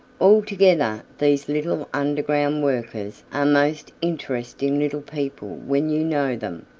altogether these little underground workers are most interesting little people when you know them.